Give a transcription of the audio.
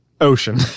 Ocean